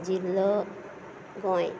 जिल्लो गोंय